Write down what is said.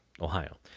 Ohio